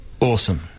Awesome